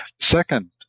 second